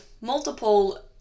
multiple